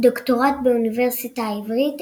דוקטורט באוניברסיטה העברית,